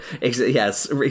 Yes